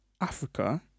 africa